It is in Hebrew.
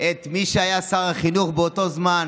את מי שהיה שר החינוך באותו זמן,